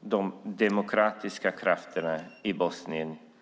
de demokratiska krafterna i valet i Bosnien.